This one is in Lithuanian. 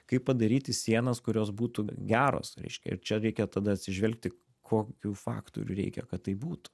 kaip padaryti sienas kurios būtų geros reiškia ir čia reikia tada atsižvelgti kokių faktorių reikia kad tai būtų